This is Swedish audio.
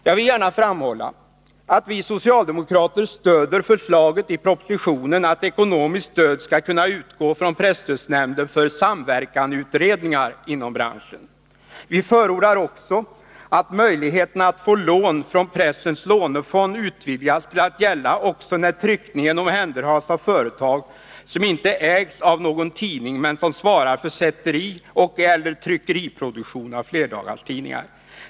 Jag vill gärna framhålla att vi socialdemokrater stöder förslaget i propositionen att ekonomiskt stöd skall kunna utgå från presstödsnämnden för samverkansutredningar inom branschen. Vi förordar också att möjligheterna att få lån från pressens lånefond utvidgas till att gälla också när tryckningen omhänderhas av företag som inte ägs av någon tidning men som svarar för sätterioch/eller tryckeriproduktion av flerdagarstidningar.